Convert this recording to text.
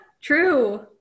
true